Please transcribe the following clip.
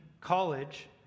College